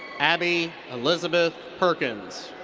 abbie elizabeth perkins.